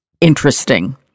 interesting